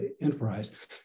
enterprise